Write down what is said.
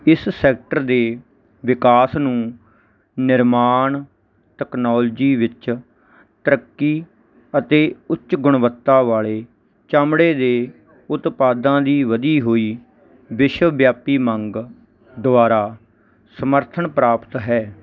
ਇਸ ਸੈਕਟਰ ਦੇ ਵਿਕਾਸ ਨੂੰ ਨਿਰਮਾਣ ਟੈਕਨੋਲਜੀ ਵਿੱਚ ਤਰੱਕੀ ਅਤੇ ਉੱਚ ਗੁਣਵੱਤਾ ਵਾਲੇ ਚਮੜੇ ਦੇ ਉਤਪਾਦਾਂ ਦੀ ਵਧੀ ਹੋਈ ਵਿਸ਼ਵ ਵਿਆਪੀ ਮੰਗ ਦੁਆਰਾ ਸਮਰਥਨ ਪ੍ਰਾਪਤ ਹੈ